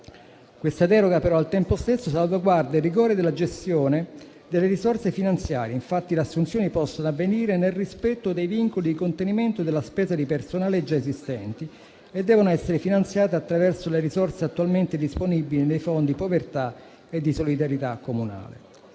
Questa deroga però al tempo stesso salvaguarda il rigore della gestione delle risorse finanziarie. Infatti le assunzioni possono avvenire nel rispetto dei vincoli di contenimento della spesa di personale già esistenti e devono essere finanziate attraverso le risorse attualmente disponibili nei Fondi povertà e solidarietà comunale.